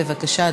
בבקשה,